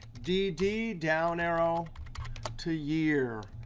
d d, down arrow to year.